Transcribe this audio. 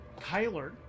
Kyler